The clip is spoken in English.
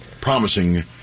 promising